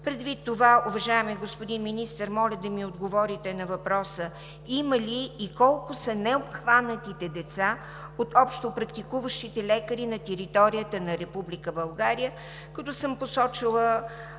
Предвид това, уважаеми господин Министър, моля да ми бъде отговорено на въпроса: има ли и колко са необхванатите деца от общопрактикуващите лекари на територията на Република